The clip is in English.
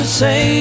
say